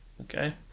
okay